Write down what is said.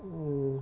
mm